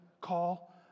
Call